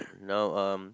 now um